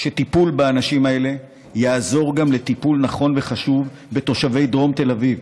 שטיפול באנשים האלה יעזור גם לטיפול נכון וחשוב בתושבי דרום תל אביב,